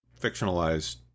fictionalized